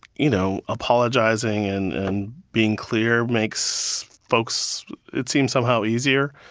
you know, apologizing and and being clear makes folks it seems somehow easier.